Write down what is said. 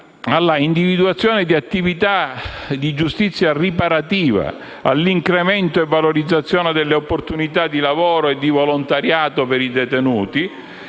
all'individuazione di attività di giustizia riparativa e all'incremento e alla valorizzazione delle opportunità di lavoro e di volontariato per i detenuti,